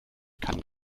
kann